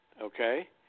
Okay